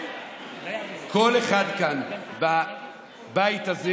כל אחד בבית הזה